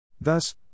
Thus